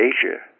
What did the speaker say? Asia